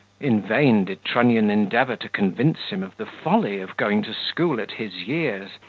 in vain did trunnion endeavour to convince him of the folly of going to school at his years,